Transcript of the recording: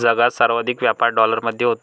जगात सर्वाधिक व्यापार डॉलरमध्ये होतो